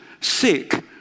sick